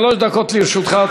שלוש דקות לרשותך.